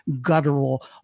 guttural